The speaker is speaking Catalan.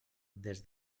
des